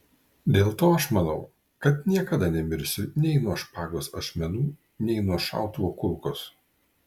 dėl to aš manau kad niekada nemirsiu nei nuo špagos ašmenų nei nuo šautuvo kulkos